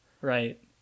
right